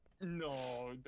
No